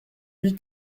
lui